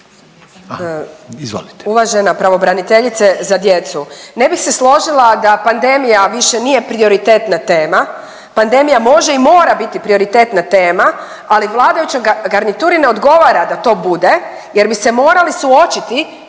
Uvažena pravobraniteljice za djecu, ne bih se složila da pandemija više nije prioritetna tema. Pandemija može i mora biti prioritetna tema, ali vladajućoj garnituri ne odgovara da to bude jer bi se morali suočiti